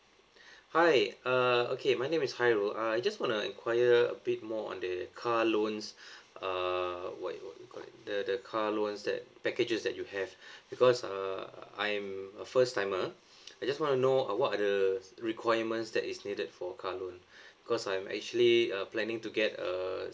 hi uh okay my name is hairul uh I just wanna inquire a bit more on the car loans uh what what you call it the the car loans that packages that you have because of uh I'm a first timer I just wanna know uh what are the requirements that is needed for a car loan cause I'm actually uh planning to get a